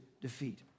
defeat